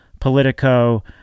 Politico